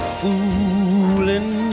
fooling